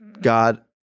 God